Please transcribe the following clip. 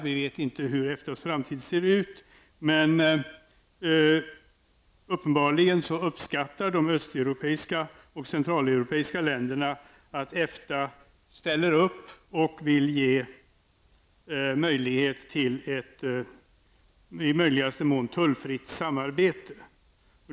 Vi vet inte hur EFTAs framtid ser ut, men uppenbarligen uppskattar de östeuropeiska och centraleuropeiska länderna att EFTA ställer upp och vill ge möjligheter till ett i möjligaste mån tullfritt samarbete.